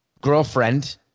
girlfriend